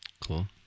Cool